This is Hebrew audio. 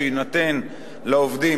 שיינתן לעובדים,